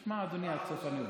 אז ישמע אדוני עד סוף הנאום.